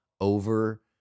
over